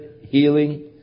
healing